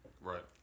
Right